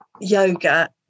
yoga